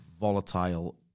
volatile